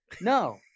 no